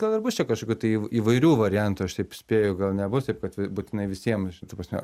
gal ir bus čia kažkokių tai įvairių variantų aš taip spėju gal nebus taip kad būtinai visiem ta prasme